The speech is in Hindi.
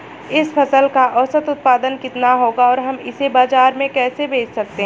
इस फसल का औसत उत्पादन कितना होगा और हम इसे बाजार में कैसे बेच सकते हैं?